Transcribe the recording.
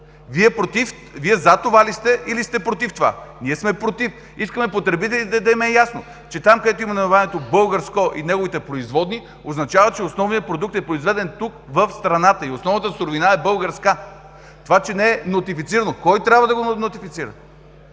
Вие за това ли сте, или сте против това? Ние сме против. Искаме на потребителите да им е ясно, че там, където има наименование „българско“ и неговите производни, означава, че основният продукт е произведен тук, в страната и основната суровина е българска. Това че не е нотифицирано. Кой трябва да го нотифицира?!